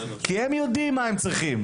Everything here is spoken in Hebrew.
כי הם יודעים מה הם צריכים.